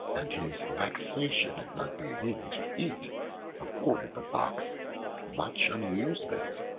and his vexation at not being able to eat afforded the fox much amusement.